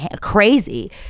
crazy